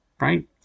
right